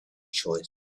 choice